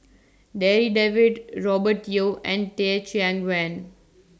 Darryl David Robert Yeo and Teh Cheang Wan